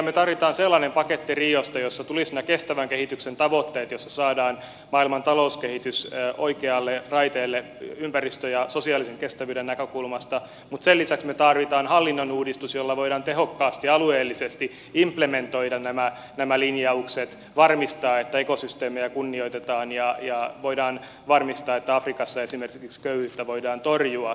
tosiaan me tarvitsemme sellaisen paketin riosta jossa tulisivat nämä kestävän kehityksen tavoitteet joissa saadaan maailman talouskehitys oikealle raiteelle ympäristön ja sosiaalisen kestävyyden näkökulmasta mutta sen lisäksi me tarvitsemme hallinnonuudistuksen jolla voidaan tehokkaasti alueellisesti implementoida nämä linjaukset varmistaa että eko systeemejä kunnioitetaan ja voidaan varmistaa että afrikassa esimerkiksi köyhyyttä voidaan torjua